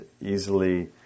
easily